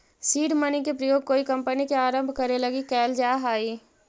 seed money के प्रयोग कोई कंपनी के आरंभ करे लगी कैल जा हई